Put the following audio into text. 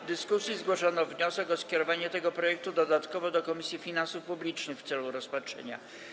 W dyskusji zgłoszono wniosek o skierowanie tego projektu dodatkowo do Komisji Finansów Publicznych w celu rozpatrzenia.